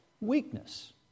weakness